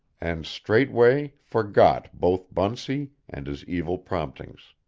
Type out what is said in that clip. and straightway forgot both bunsey and his evil promptings.